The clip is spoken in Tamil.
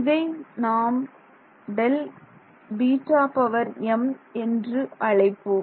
இதை நாம் Δβm என்று அழைப்போம்